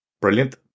Brilliant